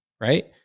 right